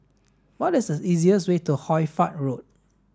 what is the easiest way to Hoy Fatt Road